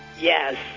Yes